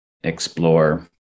explore